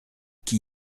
qui